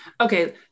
Okay